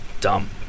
dumb